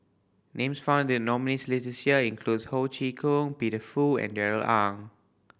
names found in the nominees' list this year includes Ho Chee Kong Peter Fu and Darrell Ang